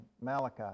Malachi